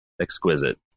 exquisite